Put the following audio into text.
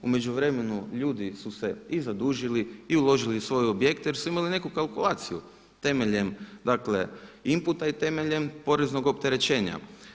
U međuvremenu ljudi su se i zadužili i uložili u svoje objekte, jer su imali neku kalkulaciju temeljem dakle inputa i temeljem poreznog opterećenja.